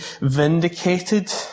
vindicated